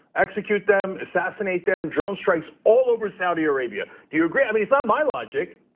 execute them assassinate them drone strikes all over saudi arabia, you agree? i mean, it's not my logic,